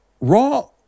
Raw